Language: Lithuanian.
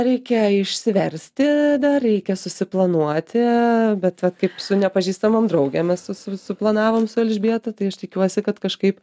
reikia išsiversti dar reikia susiplanuoti bet vat kaip su nepažįstamom draugėm mes su suplanavom su elžbieta tai aš tikiuosi kad kažkaip